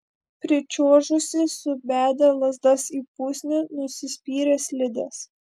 pričiuožusi subedė lazdas į pusnį nusispyrė slides